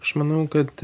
aš manau kad